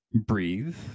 breathe